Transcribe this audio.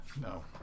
No